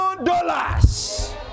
Dollars